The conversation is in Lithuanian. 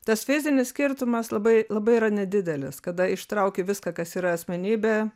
tas fizinis skirtumas labai labai yra nedidelis kada ištrauki viską kas yra asmenybė